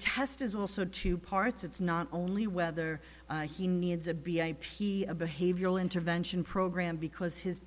test is also two parts it's not only whether he needs a b a p a behavioral intervention program because his